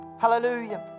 Hallelujah